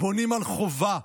בונים על חובה.